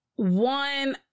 One